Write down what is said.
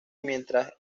mientras